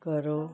ਕਰੋ